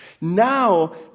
Now